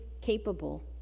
capable